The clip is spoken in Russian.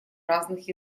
разных